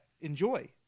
enjoy